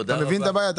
אתה מבין את הבעיה?